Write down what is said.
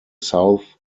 south